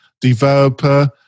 developer